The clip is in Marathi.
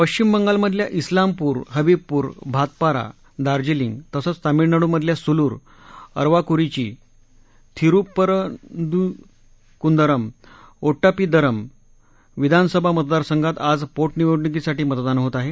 पश्चिम बंगालमधल्या स्लामपूर हबिबपूर भातपारा दार्जीलिंग तसंच तामीळनाडूमधल्या सुलूर अरवाक्रीची थिंरुप्परनकुंदरम ओट्टापीदरम विधानसभा मतदासंघात आज पोटनिवडणूकीसाठी मतदान होत आहे